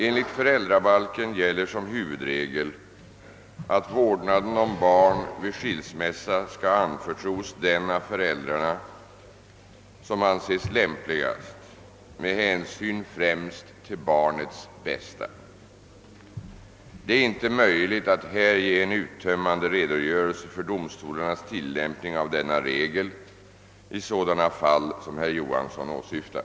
Enligt föräldrabalken gäller som huvudregel att vårdnaden om barn vid skilsmässa skall anförtros den av föräldrarna som anses lämpligast med hänsyn främst till barnets bästa. Det är inte möjligt att här ge en uttömmmande redogörelse för domstolarnas tillämpning av denna regel i sådana fall som herr Johansson åsyftar.